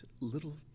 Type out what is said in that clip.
little